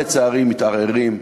לצערי, מתערערים,